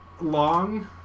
long